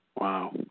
Wow